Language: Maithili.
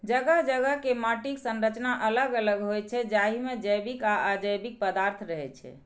जगह जगह के माटिक संरचना अलग अलग होइ छै, जाहि मे जैविक आ अजैविक पदार्थ रहै छै